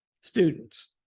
students